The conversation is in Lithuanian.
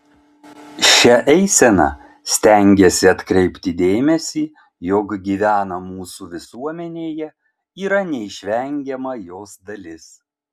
šia eisena stengiasi atkreipti dėmesį jog gyvena mūsų visuomenėje yra neišvengiama jos dalis